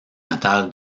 natal